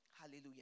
Hallelujah